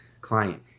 client